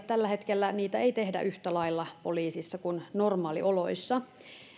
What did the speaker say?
tällä hetkellä tehdä poliisissa yhtä lailla kuin normaalioloissa